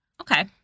okay